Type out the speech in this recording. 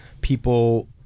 people